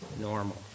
normal